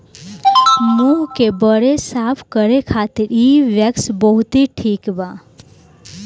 मुंह के बरे साफ करे खातिर इ वैक्स बहुते ठिक बा